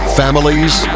families